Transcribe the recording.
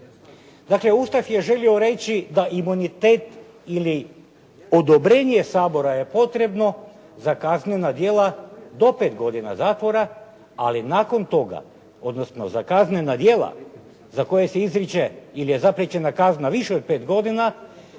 Dakle, Ustav je želio reći da imunitet ili odobrenje Sabora je potrebno za kaznena djela do pet godina zatvora, ali nakon toga odnosno za kaznena djela za koje se izriče ili je zapriječena kazna više od pet godina,